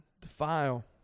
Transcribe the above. defile